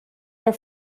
are